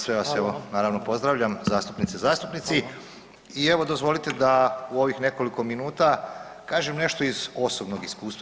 Sve vas evo naravno pozdravljam zastupnice i zastupnici i evo dozvolite da u ovih nekoliko minuta kažem nešto iz osobnog iskustva.